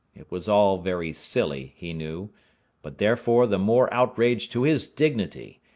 it was all very silly, he knew but therefore the more outrage to his dignity,